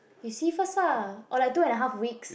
you see first ah or like two and a half weeks